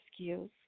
skills